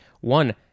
One